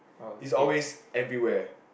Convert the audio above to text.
he is always everywhere